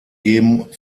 geben